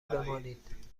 بمانید